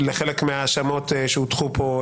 לחלק מההאשמות שהוטחו פה,